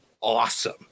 awesome